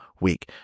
week